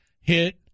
hit